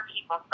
people